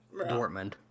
Dortmund